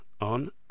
on